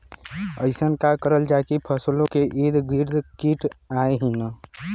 अइसन का करल जाकि फसलों के ईद गिर्द कीट आएं ही न?